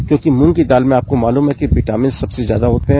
क्योंकि मूंग की दाल में आपको मालूम है कि विटामिन सबसे ज्यादा होते है